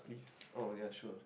oh ya sure